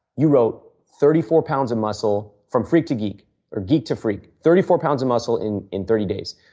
you wrote thirty four pounds of muscle, from freak to geek or geek to freak, thirty four pounds of muscle in in thirty days.